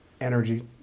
energy